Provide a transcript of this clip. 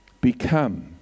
become